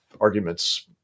arguments